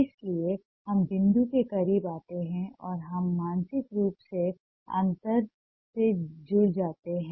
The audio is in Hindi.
इसलिए हम बिंदु के करीब आते हैं और हम मानसिक रूप से अंतर से जुड़ जाते हैं